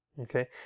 Okay